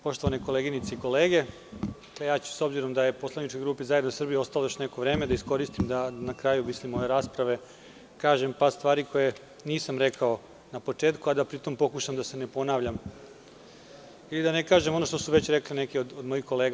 Poštovane koleginice i kolege, ja ću s obzirom da je poslaničkoj grupi ZZS ostalo još neko vreme, da iskoristim da na kraju ove rasprave kažem još par stvari koje nisam rekao na početku, a da pri tom pokušam da se ne ponavljam i da ne kažem ono što su već rekle neke od mojih kolega.